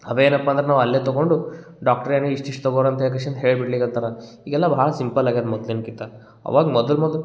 ಅವು ಏನಪ್ಪ ಅಂದ್ರೆ ನಾವು ಅಲ್ಲೇ ತಗೊಂಡು ಡಾಕ್ಟ್ರೆನು ಇಷ್ಟು ಇಷ್ಟು ತಗೊರಿ ಅಂತ ಹೇಳಿ ಕೆಶಿಂದು ಹೇಳಿಬಿಡ್ಲಿಕತ್ತರ ಈಗೆಲ್ಲ ಭಾಳ ಸಿಂಪಲ್ ಆಗ್ಯದ ಮೊದಲಿನ್ಕಿತ ಅವಾಗ ಮೊದಲು ಮೊದ್